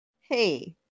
Hey